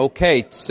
Okay